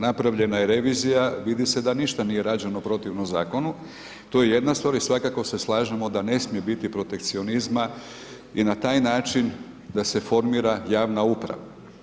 Napravljena je revizija, vidi se da ništa nije rađeno protivnom zakonu, to je jedna stvar i svakako se slažemo da ne smije biti protekcionizma i na taj način da se formira javna uprava.